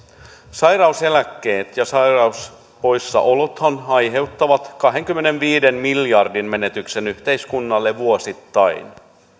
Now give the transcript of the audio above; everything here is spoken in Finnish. sairauseläkkeet ja sairauspoissaolothan aiheuttavat kahdenkymmenenviiden miljardin menetyksen yhteiskunnalle vuosittain